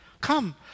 come